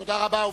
תודה רבה.